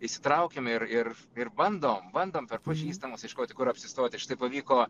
įsitraukiame ir ir ir bandom bandom per pažįstamus ieškoti kur apsistoti štai pavyko